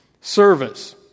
service